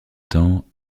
temps